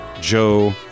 Joe